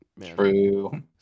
True